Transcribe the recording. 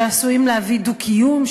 שעשויים להביא דו-קיום,